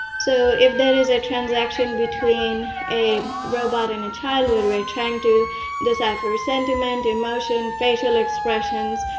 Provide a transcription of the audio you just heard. so if there is a transaction between a robot and a child where we're trying to decipher sentiment, emotion, facial expressions,